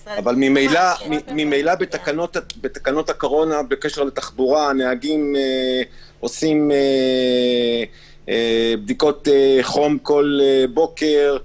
ממילא בתקנות הקורונה בקשר לתחבורה הנהגים עושים בדיקות חום כל בוקר,